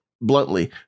bluntly